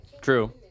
True